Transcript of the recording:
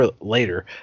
later